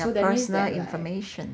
their personal information